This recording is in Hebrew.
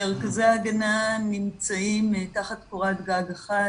מרכזי ההגנה נמצאים תחת קורת גג אחת,